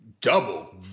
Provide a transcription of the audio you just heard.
double